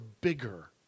bigger